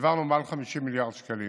העברנו מעל 50 מיליארד שקלים